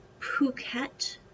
Phuket